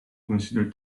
consider